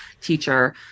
teacher